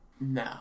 no